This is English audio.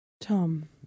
Tom